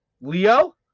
Leo